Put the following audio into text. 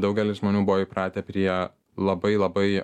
daugelis žmonių buvo įpratę prie labai labai